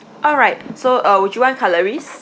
all right so uh would you want cutleries